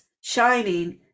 shining